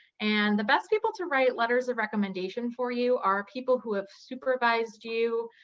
and the best people to write letters of recommendation for you are people who have supervised you,